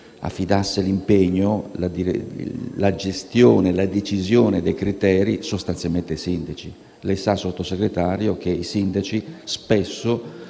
dice, l'impegno, la gestione, la decisione dei criteri sostanzialmente ai sindaci. Lei sa, signor Sottosegretario, che i sindaci spesso